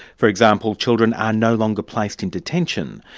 for example, children are no longer placed in detention,